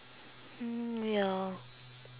mm ya